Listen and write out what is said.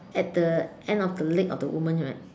at the end of the leg of the woman right